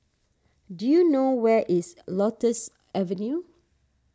do you know where is Lotus Avenue